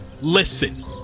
Listen